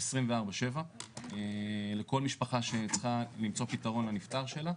24/7 לכל משפחה שצריכה למצוא פתרון לנפטר שלה.